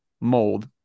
mold